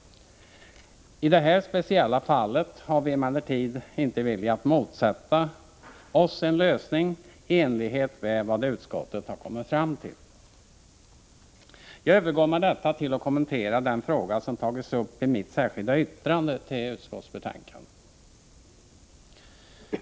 I detta speciella fall har vi emellertid inte velat motsätta oss en lösning i enlighet med vad utskottet har kommit fram till. Jag övergår med detta till att kommentera den fråga som tagits upp i mitt särskilda yttrande till utskottsbetänkandet.